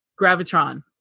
Gravitron